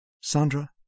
Sandra